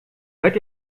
hört